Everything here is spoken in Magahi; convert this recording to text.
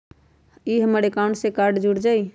ई हमर अकाउंट से कार्ड जुर जाई?